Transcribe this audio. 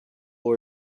will